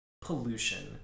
pollution